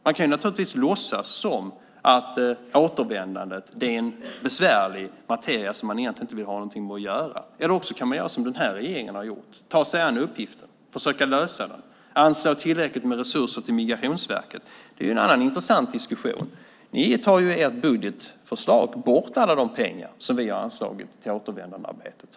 Man kan naturligtvis låtsas som att återvändandet är en besvärlig materia som man egentligen inte vill ha någonting med att göra. Man kan också göra som den här regeringen har gjort, ta sig an uppgiften, försöka lösa den, anslå tillräckligt med resurser till Migrationsverket. Det är en annan intressant diskussion. Ni tar i ert budgetförslag bort alla de pengar som vi har anslagit till återvändandearbetet.